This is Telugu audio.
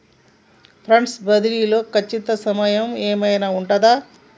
ఫండ్స్ బదిలీ లో ఖచ్చిత సమయం ఏమైనా ఉంటుందా?